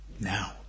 now